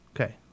Okay